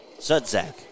Sudzak